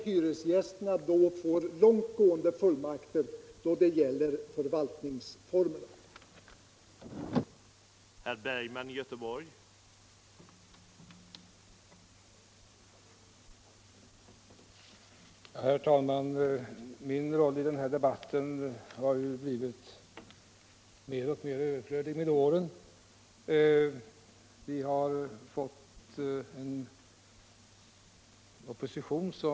Hyresgästerna måste få långt gående fullmakter när det gäller förvaltningsformerna, närmast jämförbara med bostadsrättsinnehav.